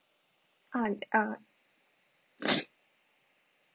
ah uh